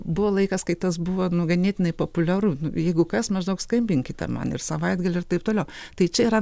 buvo laikas kai tas buvo nu ganėtinai populiaru nu jeigu kas maždaug skambinkite man ir savaitgalį ir taip toliau tai čia yra